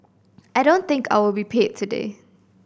I don't think I will be paid today